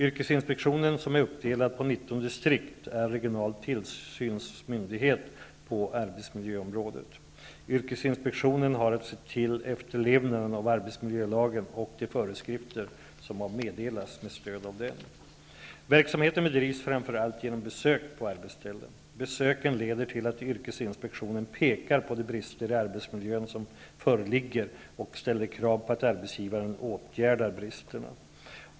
Yrkesinspektionen, som är uppdelad på 19 distrikt, är regional tillsynsmyndighet på arbetsmiljöområdet. Yrkesinspektionen har att se till efterlevnaden av arbetsmiljölagen och de föreskrifter som har meddelats med stöd av den. Verksamheten bedrivs framför allt genom besök på arbetsställen. Besöken leder till att yrkesinspektionen pekar på de brister i arbetsmiljön som föreligger och ställer krav på att arbetsgivaren åtgärdar bristerna.